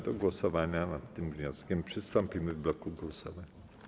Do głosowania nad tym wnioskiem przystąpimy w bloku głosowań.